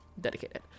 Dedicated